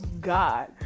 God